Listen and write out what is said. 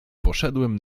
poszedłem